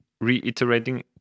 reiterating